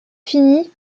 fini